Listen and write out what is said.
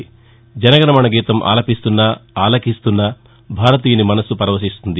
జనగణమన గీతం ఆలపిస్తున్నా ఆలకిస్తున్నా భారతీయుని మనసు పరవశిస్తుంది